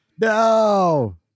No